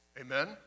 Amen